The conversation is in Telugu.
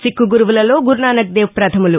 సిక్కు గురువులలో గురునానక్ దేవ్ పథములు